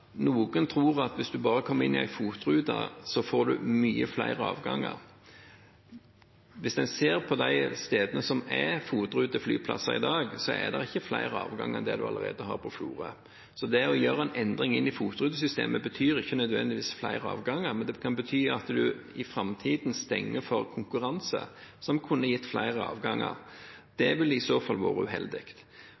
noen tror at hvis en bare kommer inn i en FOT-rute, får en mange flere avganger. Hvis en ser på de stedene som er FOT-ruteflyplasser i dag, er det ikke flere avganger enn det en allerede har på Florø, så det å gjøre en endring inn i FOT-rutesystemet betyr ikke nødvendigvis flere avganger, men det kan bety at en i framtiden stenger for konkurranse som kunne gitt flere avganger.